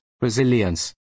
resilience